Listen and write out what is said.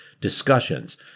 discussions